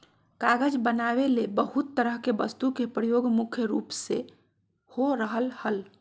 कागज बनावे ले बहुत तरह के वस्तु के प्रयोग मुख्य रूप से हो रहल हल